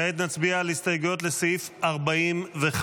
כעת נצביע על הסתייגויות לסעיף 45,